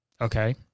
okay